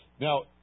Now